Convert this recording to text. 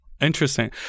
Interesting